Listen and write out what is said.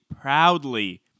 proudly